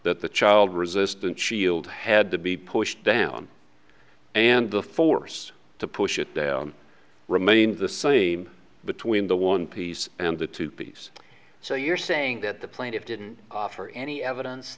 that the child resistant shield had to be pushed down and the force to push it down remains the same between the one piece and the two p's so you're saying that the plaintiffs didn't offer any evidence